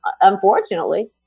unfortunately